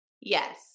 Yes